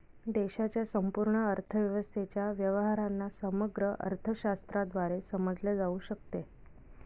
देशाच्या संपूर्ण अर्थव्यवस्थेच्या व्यवहारांना समग्र अर्थशास्त्राद्वारे समजले जाऊ शकते